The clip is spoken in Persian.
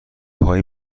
های